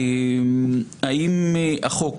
האם החוק,